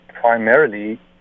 primarily